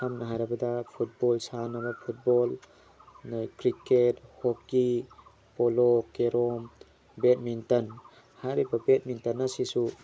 ꯁꯝꯅ ꯍꯥꯏꯔꯕꯗ ꯐꯨꯠꯕꯣꯜ ꯁꯥꯟꯅꯕꯗ football cricket hockey polo carrom badminton ꯍꯥꯏꯔꯤꯕ ꯕꯦꯠꯃꯤꯟꯇꯟ ꯑꯁꯤꯁꯨ